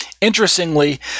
Interestingly